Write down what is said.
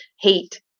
heat